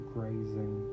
Grazing